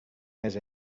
més